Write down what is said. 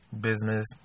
business